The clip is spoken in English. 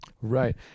right